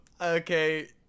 okay